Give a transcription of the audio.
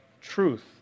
truth